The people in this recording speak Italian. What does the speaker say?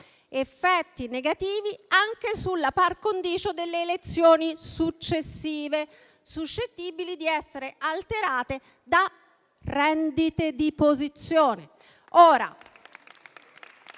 effetti negativi anche sulla *par condicio* delle elezioni successive, suscettibili di essere alterate da rendite di posizione.